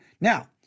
Now